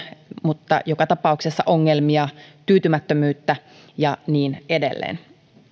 mutta joka tapauksessa ongelmia tyytymättömyyttä ja niin edelleen